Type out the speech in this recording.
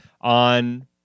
on